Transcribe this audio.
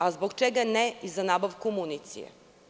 A zbog čega ne i za nabavku municije?